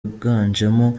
biganjemo